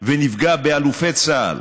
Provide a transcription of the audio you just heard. ונפגע באלופי צה"ל